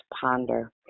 ponder